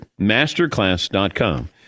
masterclass.com